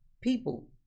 people